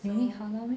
you need halal meh